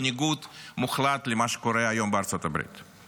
בניגוד מוחלט למה שקורה היום בארצות הברית.